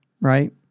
right